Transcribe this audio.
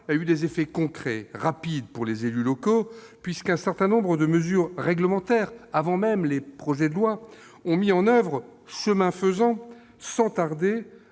a eu des effets concrets rapides pour les élus locaux, puisqu'un certain nombre de mesures réglementaires, avant même les projets de loi, ont mis en oeuvre, chemin faisant, sans tarder,